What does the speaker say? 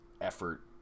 effort